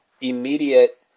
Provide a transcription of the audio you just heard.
immediate